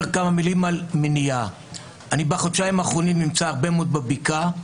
בעיניי הארגונים שמראים את הצד היפה בחברה הישראלית,